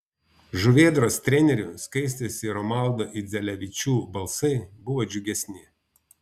žuvėdros trenerių skaistės ir romaldo idzelevičių balsai buvo džiugesni